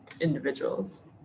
individuals